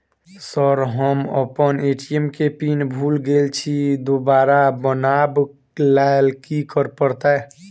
Sir हम अप्पन ATM केँ पिन भूल गेल छी दोबारा बनाब लैल की करऽ परतै?